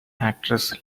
actress